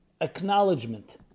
acknowledgement